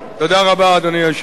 תודה רבה, אדוני היושב-ראש.